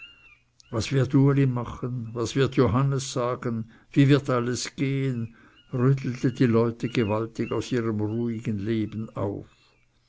was wird uli machen was wird johannes sagen wie wird alles gehen rüttelte die leute gewaltig aus ihrem ruhigen leben auf